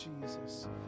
Jesus